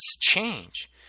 change